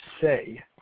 say